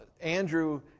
Andrew